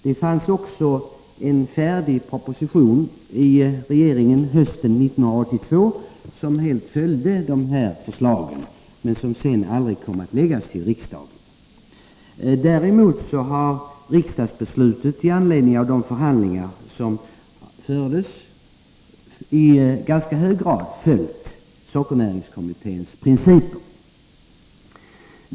Det fanns också en färdig proposition utarbetad hösten 1982 som helt följde de här förslagen men som aldrig kom att föreläggas riksdagen. Däremot har riksdagsbeslutet i anledning av de förhandlingar som fördes i ganska hög grad följt sockernäringskommitténs principer.